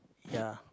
ya